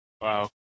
Wow